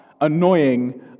annoying